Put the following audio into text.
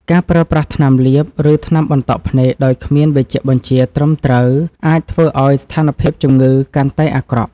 ការប្រើប្រាស់ថ្នាំលាប ឬថ្នាំបន្តក់ភ្នែកដោយគ្មានវេជ្ជបញ្ជាត្រឹមត្រូវអាចធ្វើឱ្យស្ថានភាពជំងឺកាន់តែអាក្រក់។